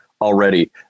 already